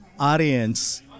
audience